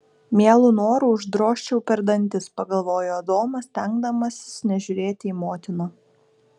mielu noru uždrožčiau per dantis pagalvojo adomas stengdamasis nežiūrėti į motiną